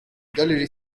gallery